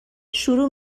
شروع